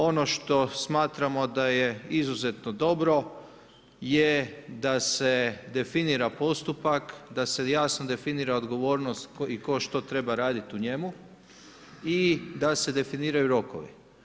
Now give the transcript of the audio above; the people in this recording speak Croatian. Ono što smatramo da je izuzetno dobro je da se definira postupak, da se jasno definira odgovornost i tko što treba raditi u njemu i da se definiraju rokovi.